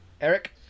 Eric